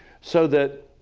so that